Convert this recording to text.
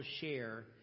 share